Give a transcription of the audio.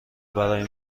برای